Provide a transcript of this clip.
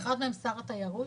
אחד מהם שר התיירות,